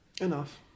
Enough